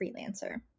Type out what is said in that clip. freelancer